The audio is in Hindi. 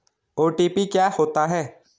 ओ.टी.पी क्या होता है?